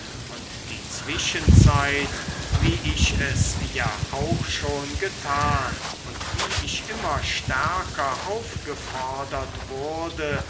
und die zwischenzeit wie ich es ja auch schon getan und wie ich immer stärker aufgefordert wurde